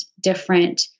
different